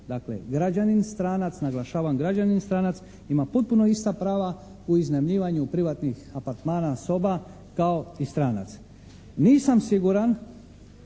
dakle građanin stranac naglašavam građanin stranac ima potpuno ista prava u iznajmljivanju privatnih apartmana, soba, kao i stranac. Nisam siguran